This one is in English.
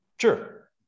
sure